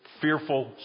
fearful